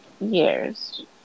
years